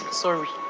sorry